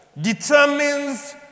determines